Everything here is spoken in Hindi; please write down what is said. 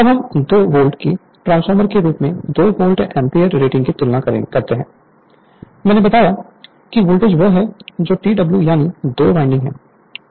Refer Slide Time 2228 अब हम दो वोल्ट की ट्रांसफार्मर के रूप में 2 वोल्ट एम्पीयर रेटिंग की तुलना करते हैं मैंने बताया कि वोल्टेज वह है जो TW यानी दो वाइंडिंग है